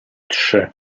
trzy